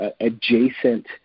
adjacent